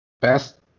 best